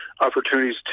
opportunities